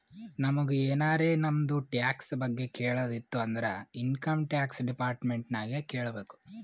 ನಮುಗ್ ಎನಾರೇ ನಮ್ದು ಟ್ಯಾಕ್ಸ್ ಬಗ್ಗೆ ಕೇಳದ್ ಇತ್ತು ಅಂದುರ್ ಇನ್ಕಮ್ ಟ್ಯಾಕ್ಸ್ ಡಿಪಾರ್ಟ್ಮೆಂಟ್ ನಾಗೆ ಕೇಳ್ಬೇಕ್